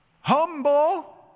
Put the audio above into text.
Humble